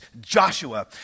Joshua